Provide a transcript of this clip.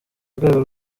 rwego